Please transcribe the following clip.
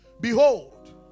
behold